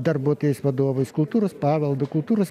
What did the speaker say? darbuotojais vadovais kultūros paveldu kultūros